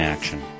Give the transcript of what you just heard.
Action